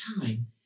time